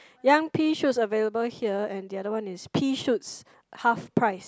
young pea shoots available here and the other one is pea shoots half price